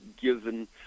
given